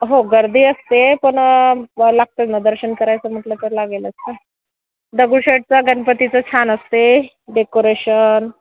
हो गर्दी असते पण लागतंच ना दर्शन करायचं म्हटलं तर लागेलच ना दगडुशेठचा गणपती तर छान असते डेकोरेशन